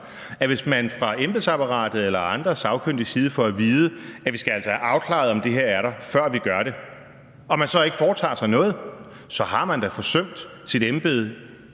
Hvis man af embedsapparatet eller andre sagkyndige får at vide, at vi altså skal have afklaret, om det her er der, før vi gør det, og man så ikke foretager sig noget, så har man da forsømt sit embede